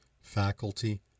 faculty